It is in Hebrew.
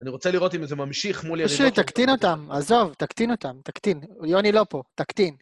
אני רוצה לראות אם זה ממשיך מול ילדים. פשוט תקטין אותם, עזוב, תקטין אותם. תקטין. יוני לא פה, תקטין.